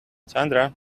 sandra